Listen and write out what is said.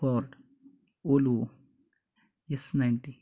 Ford Volvo S ninety